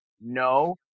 no